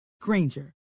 Granger